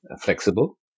flexible